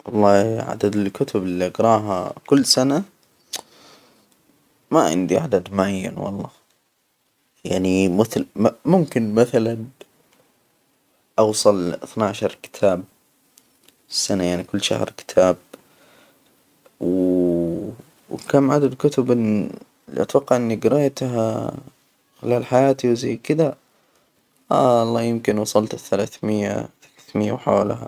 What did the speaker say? والله عدد الكتب اللي أجراها كل سنة. ما عندي عدد معين والله. يعني مثلا ممكن مثلا، أوصل لإثنى عشر كتاب فى السنة، يعني كل شهر كتاب. وكم عدد كتب اللي أتوقع إني جريتها خلال حياتي وزي كده، الله يمكن وصلت الثلاث مائة، ثلاثة مائة وحولها.